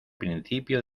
principio